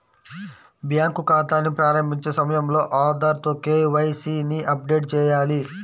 bank ఖాతాని ప్రారంభించే సమయంలో ఆధార్ తో కే.వై.సీ ని అప్డేట్ చేయాలి